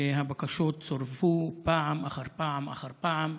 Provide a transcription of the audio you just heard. הבקשות סורבו פעם אחר פעם אחר פעם,